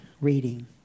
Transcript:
reading